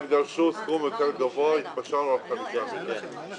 הם דרשו סכום יותר גבוה, התפשרנו על 3.5 מיליון.